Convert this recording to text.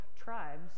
tribes